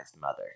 mother